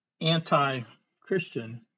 anti-Christian